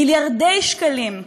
מיליארדי שקלים,